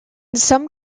some